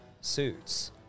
suits